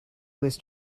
was